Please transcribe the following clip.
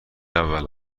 اول